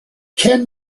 ken